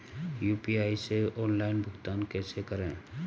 UPI से online भुगतान कैसे करें?